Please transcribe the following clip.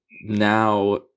Now